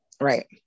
Right